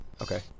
Okay